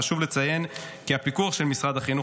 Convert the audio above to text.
חשוב לציין כי הפיקוח של משרד החינוך